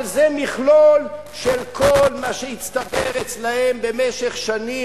אבל זה מכלול של כל מה שהצטבר אצלם במשך שנים,